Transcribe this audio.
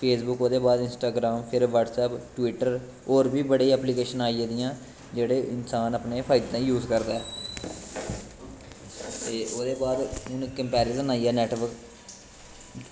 Facebook ओह्दे बाद Instagram फिर ब्हटसैप टविटर होर बी बड़ी ऐपलिकेशनां आई गेदियां जेह्ड़े इंसान अपने फायदे तांई यूस करदा ऐ ते ओह्दे बाद हून कंपैरिज़न आईया नैटबर्क